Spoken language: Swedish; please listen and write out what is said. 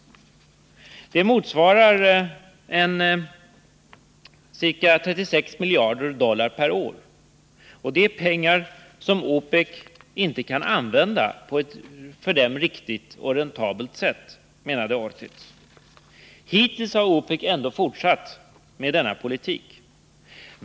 Det motsvarar ca 36 miljarder dollar per år, och det är pengar som OPEC inte kan använda på ett riktigt och för OPEC räntabelt sätt, menade Ortiz. Hittills har OPEC ändå fortsatt med denna politik.